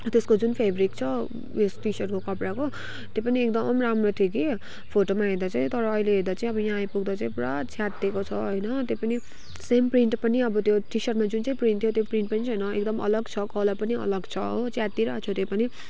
त्यसको जुन फेब्रिक छ टी सर्टको कपडाको त्यो पनि एकदम राम्रो थियो कि फोटोमा हेर्दा चाहिँ तर अहिले हेर्दा चाहिँ यहाँ आइपुग्दा चाहिँ पुरा च्यातिएको छ होइन त्यो पनि सेम प्रिन्ट पनि अब त्यो टी सर्टमा जुन चाहिँ प्रिन्ट थियो त्यो प्रिन्ट पनि छैन एकदम अलग छ कलर पनि अलग छ हो च्यातिरहेको छ त्यही पनि